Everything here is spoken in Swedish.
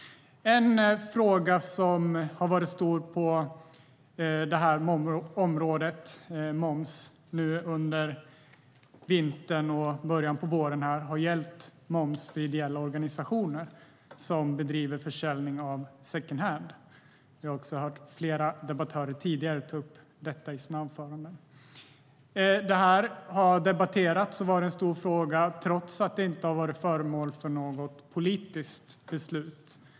En fråga som har varit stor på momsområdet nu under vintern och början på våren har gällt moms för ideella organisationer som bedriver försäljning av second hand. Flera debattörer tog också upp detta i sina anföranden. Detta har diskuterats och varit en stor fråga, trots att den inte har varit föremål för något politiskt beslut.